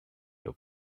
your